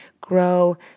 grow